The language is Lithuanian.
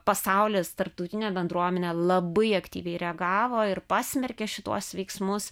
pasaulis tarptautinė bendruomenė labai aktyviai reagavo ir pasmerkė šituos veiksmus